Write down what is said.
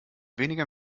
weniger